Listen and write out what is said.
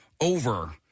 over